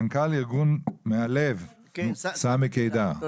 מנכ״ל ארגון ׳מהלב׳, סמי קידר, בבקשה.